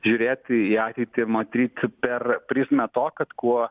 žiūrėti į ateitį motriti per prizmę to kad kuo